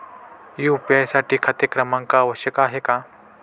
UPI साठी खाते क्रमांक आवश्यक आहे का?